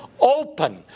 open